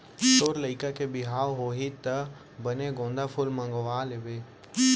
तोर लइका के बिहाव होही त बने गोंदा फूल मंगवा लेबे